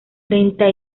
treinta